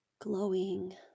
glowing